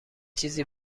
چیزی